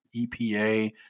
EPA